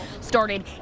started